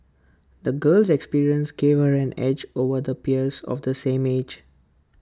the girl's experiences gave her an edge over the peers of the same age